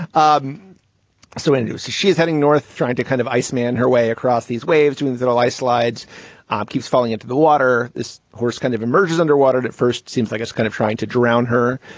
um so when you see she's heading north trying to kind of eisemann her way across these waves means that all ice slides um keeps falling into the water. this horse kind of emerges under water at first. seems like it's kind of trying to drown her.